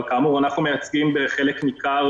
אבל כאמור אנחנו מייצגים בחלק ניכר,